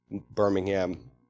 Birmingham